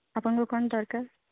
ଆପଣଙ୍କୁ କ'ଣ ଦରକାର